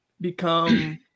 become